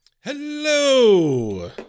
Hello